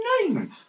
name